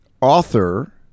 author